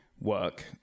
work